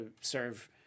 serve